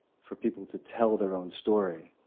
for people to tell their own story.